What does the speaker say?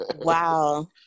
Wow